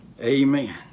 Amen